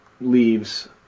leaves